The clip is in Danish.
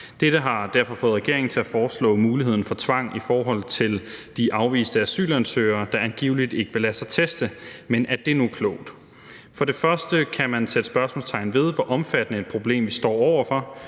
Dette har fået regeringen til at foreslå muligheden for tvang i forhold til de afviste asylansøgere, der angiveligt ikke vil lade sig teste. Men er det nu klogt? For det første kan man sætte spørgsmålstegn ved, hvor omfattende et problem vi står over for.